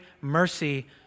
mercy